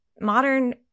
modern